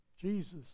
Jesus